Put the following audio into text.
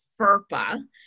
FERPA